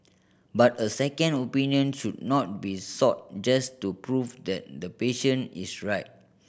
but a second opinion should not be sought just to prove that the patient is right